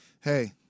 hey